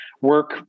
work